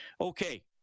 okay